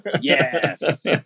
yes